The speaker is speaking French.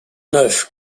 neuf